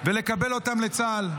ולקבל אותם לצה"ל.